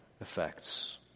effects